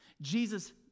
Jesus